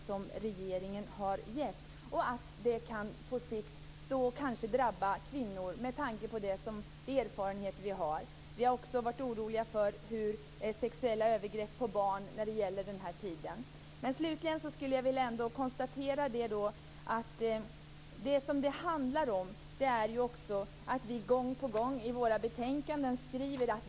Med tanke på de erfarenheter som vi har kan detta på sikt drabba kvinnor och barn som utsatts för sexuella övergrepp. Gång på gång skriver vi i våra betänkanden att vi utgår ifrån att regeringen skall det ena eller det andra.